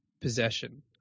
possession